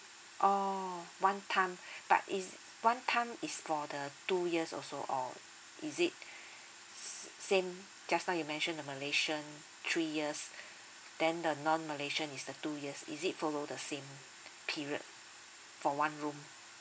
oh one time but is one time is for the two years also or is it same just now you mentioned the malaysian three years then the non malaysian is the two years is it follow the same period for one room